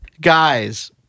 Guys